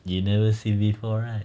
you never see before right